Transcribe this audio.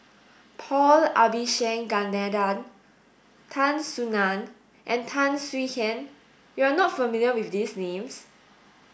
Paul Abisheganaden Tan Soo Nan and Tan Swie Hian you are not familiar with these names